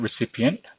recipient